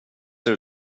ser